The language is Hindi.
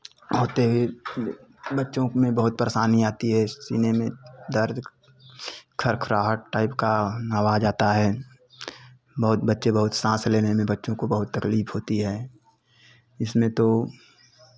होते ही बच्चों में बहुत परेशानी आती है सीने में दर्द खड़खड़ाहट टाइप का आवाज आता है बहुत बच्चे बहुत साँस लेने में बच्चों को बहुत तकलीफ होती है इसमें तो